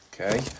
Okay